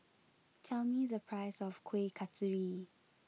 tell me the price of Kuih Kasturi